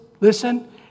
listen